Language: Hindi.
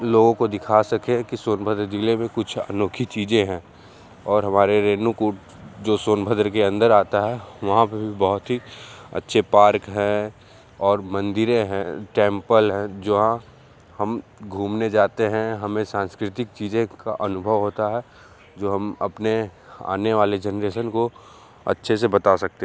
लोगों को दिखा सके कि सोनभद्र ज़िले में कुछ अनोखी चीज़ें हैं और हमारे रेणुकूट जो सोनभद्र के अंदर आता है वहाँ पर भी बहुत ही अच्छे पार्क हैं और मंदिरें हैं टेंपल हैं जहाँ हम घूमने जाते हैं हमें सांस्कृतिक चीज़ें का अनुभव होता है जो हम अपने आने वाले जेनरेशन को अच्छे से बता सकते